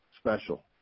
special